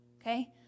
Okay